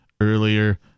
earlier